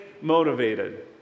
motivated